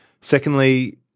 Secondly